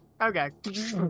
Okay